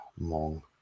mong